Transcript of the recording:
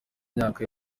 myaka